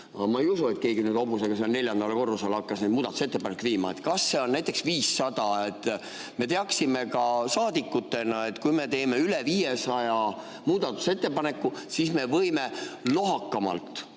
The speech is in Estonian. ma ei usu, et keegi hobusega neljandale korrusele hakkas neid muudatusettepanekuid viima. Kas palju on näiteks 500? Et me teaksime ka saadikutena, et kui me teeme üle 500 muudatusettepaneku, siis me võime lohakamalt